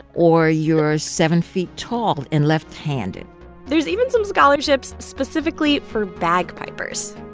or you're seven feet tall and left handed there's even some scholarships specifically for bagpipers